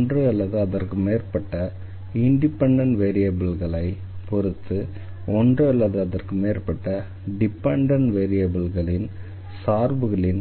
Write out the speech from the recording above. ஒன்று அல்லது அதற்கு மேற்பட்ட இண்டிபெண்டண்ட் வேரியபிள்களை பொறுத்து ஒன்று அல்லது அதற்கு மேற்பட்ட டிபெண்டண்ட் வேரியபிள்களின் சார்புகளின்